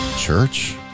church